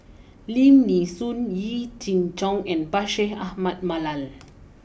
Lim Nee Soon Yee Jenn Jong and Bashir Ahmad Mallal